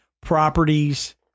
properties